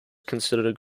considered